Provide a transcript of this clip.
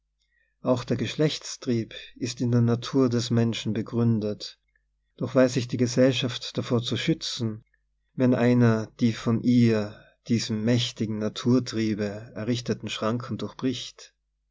auch der geschlechtstrieb ist in der natur des menschen he gründet doch weiß sich die gesellschaft davor zu schützen wenn einer die von ihr diesem mächtigen naturtriebe errichteten schranken durchbricht